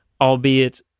albeit